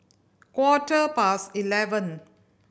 quarter past eleven